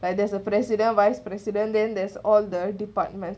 like there's a president vice president then there's all the department